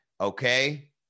Okay